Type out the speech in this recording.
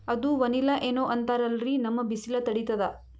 ಅದು ವನಿಲಾ ಏನೋ ಅಂತಾರಲ್ರೀ, ನಮ್ ಬಿಸಿಲ ತಡೀತದಾ?